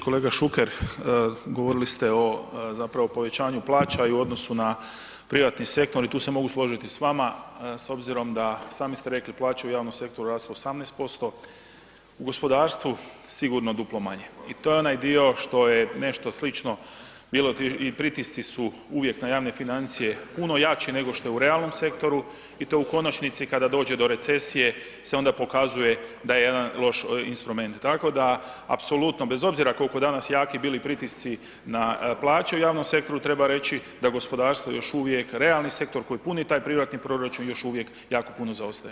Kolega Šuker, govorili ste o zapravo povećanju plaća i u odnosnu na privatni sektor i tu se mogu složiti s vama s obzirom da, sami ste rekli plaće u javnom sektoru rastu 18%, u gospodarstvu sigurno duplo manje i to je onaj dio što je nešto slično bilo i pritisci su uvijek na javne financije puno jači nego što je u realnom sektoru i to u konačnici kada dođe do recesije se onda pokazuje da je jedan loš instrument, tako da apsolutno bez obzira koliko danas jaki bili pritisci na plaće u javnom sektoru, treba reći da je gospodarstvo još uvijek realni sektor koji puni taj privatni proračun, još uvijek jako puno zaostaje.